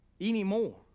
anymore